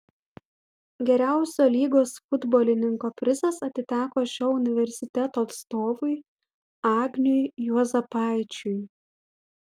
geriausio lygos futbolininko prizas atiteko šio universiteto atstovui agniui juozapaičiui